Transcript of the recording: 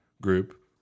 group